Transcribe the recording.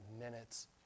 minutes